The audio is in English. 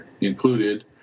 included